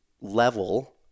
level